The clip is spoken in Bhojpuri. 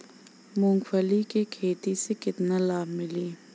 मूँगफली के खेती से केतना लाभ मिली?